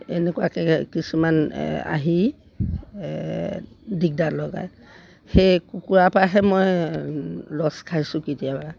এনেকুৱাকৈ কিছুমান আহি দিগদাৰ লগায় সেই কুকুৰাৰপৰাহে মই লছ খাইছোঁ কেতিয়াবা